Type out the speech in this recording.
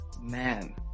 man